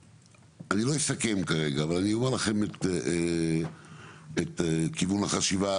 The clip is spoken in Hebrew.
אני לא אסכם כרגע אבל אני אומר לכם את כיוון החשיבה